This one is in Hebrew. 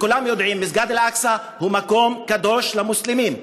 כולם יודעים: מסגד אל-אקצא הוא מקום קדוש למוסלמים.